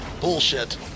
Bullshit